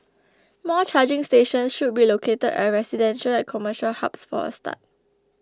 more charging stations should be located at residential and commercial hubs for a start